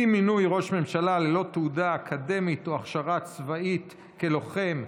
אי-מינוי ראש ממשלה ללא תעודה אקדמית או הכשרה צבאית כלוחם),